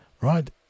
right